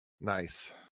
Nice